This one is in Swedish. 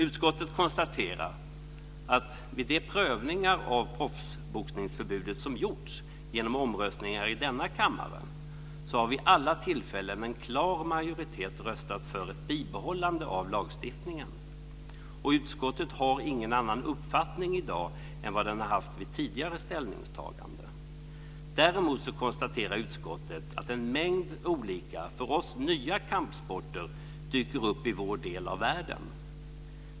Utskottet konstaterar att vid de prövningar av proffsboxningsförbudet som har gjorts genom omröstningar i denna kammare har vid alla tillfällen en klar majoritet röstat för ett bibehållande av lagstiftningen. Och utskottet har ingen annan uppfattning i dag än det har haft vid tidigare ställningstaganden. Däremot konstaterar utskottet att en mängd olika för oss nya kampsporter dyker upp i vår del av världen.